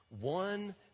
one